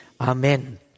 Amen